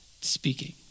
speaking